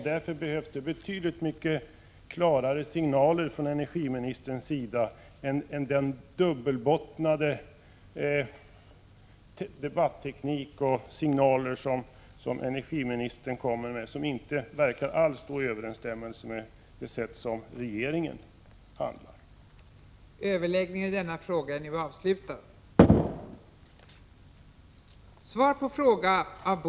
Därför behövs det betydligt klarare signaler från energiministerns sida i stället för den dubbelbottnade debatteknik energiministern tillämpar, som inte alls verkar stå i överensstämmelse med det sätt på vilket regeringen handlar.